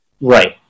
Right